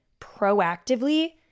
proactively